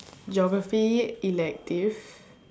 geography elective